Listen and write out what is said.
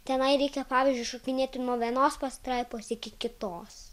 tenai reikia pavyzdžiui šokinėti nuo vienos pastraipos iki kitos